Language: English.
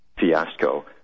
fiasco